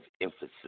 emphasis